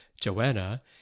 Joanna